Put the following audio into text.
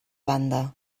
banda